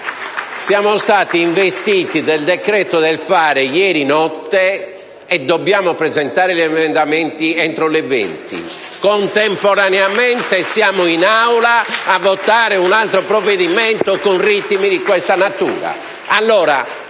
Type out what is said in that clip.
Siamo stati investiti del decreto «del fare» ieri notte e dobbiamo presentare gli emendamenti entro le ore 20. Contemporaneamente siamo in Aula a votare un altro provvedimento con ritmi di questa natura.